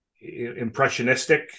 impressionistic